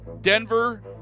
Denver